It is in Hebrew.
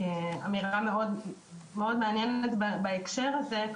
אמירה מאוד מעניינת בהקשר הזה.